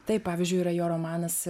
taip pavyzdžiui yra jo romanas